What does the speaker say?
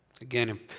Again